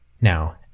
Now